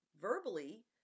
verbally